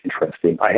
interesting